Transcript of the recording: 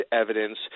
evidence